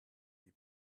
die